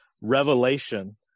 revelation